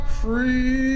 free